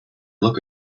look